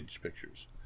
Pictures